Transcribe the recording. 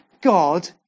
God